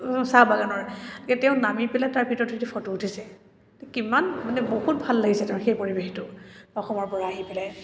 চাহ বাগানৰ কেতিয়াও নামি পেলাই তাৰ ভিতৰত উঠি ফটো উঠিছে কিমান মানে বহুত ভাল লাগিছে তেওঁৰ সেই পৰিৱেশটো অসমৰপৰা আহি পেলাই